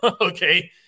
Okay